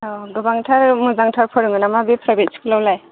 औ गोबांथार मोजांथार फोरोङो नामा बे प्राइभेट स्कुलावलाय